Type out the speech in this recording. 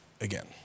again